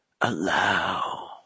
allow